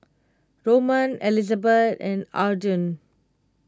Roman Elizabeth and Aaden